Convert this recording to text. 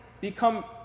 become